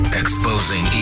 exposing